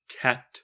Cat